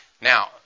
Now